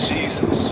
Jesus